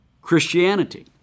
Christianity